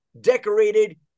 decorated